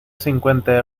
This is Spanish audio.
cincuenta